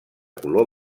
color